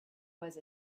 was